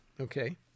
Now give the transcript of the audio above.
Okay